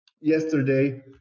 yesterday